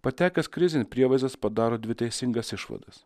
patekęs krizėn prievaizdas padaro dvi teisingas išvadas